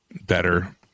better